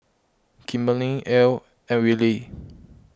Kimberley Elayne and Willy